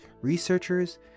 researchers